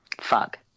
Fuck